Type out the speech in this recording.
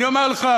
אני אומר לך,